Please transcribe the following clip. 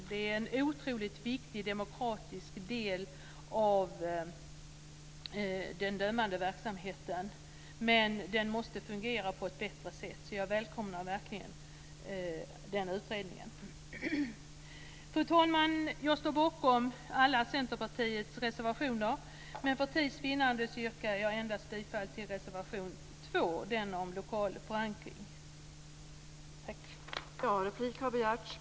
Det är en otroligt viktig demokratisk del av den dömande verksamheten, men den måste fungera på ett bättre sätt. Jag välkomnar verkligen den utredningen. Fru talman! Jag står bakom alla Centerpartiets reservationer, men för tids vinnande yrkar jag endast bifall till reservation 2, om lokal förankring. Tack.